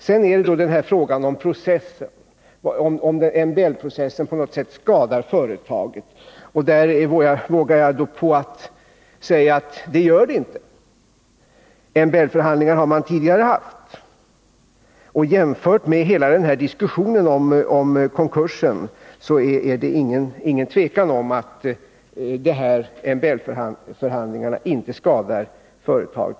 Sedan är det då frågan, om MBL-processen på något sätt skadar företaget, och där vågar jag mig på att säga att den inte gör det. MBL-förhandlingar har man tidigare haft. Jämfört med hela den här diskussionen om konkursen är det ställt utom tvivel att dessa MBL-förhandlingar inte skadar företaget.